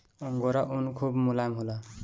angora ऊन खूब मोलायम होला